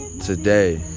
Today